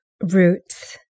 Roots